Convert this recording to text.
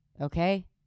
Okay